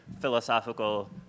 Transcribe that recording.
philosophical